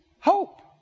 hope